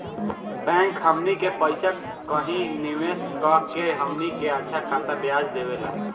bank हमनी के पइसा कही निवेस कऽ के हमनी के अच्छा खासा ब्याज देवेला